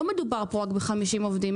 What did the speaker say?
לא מדובר פה רק ב-50 עובדים,